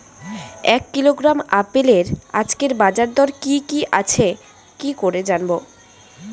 এক কিলোগ্রাম আপেলের আজকের বাজার দর কি কি আছে কি করে জানবো?